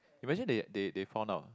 imagine they they they found out